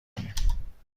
کنیم